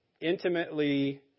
intimately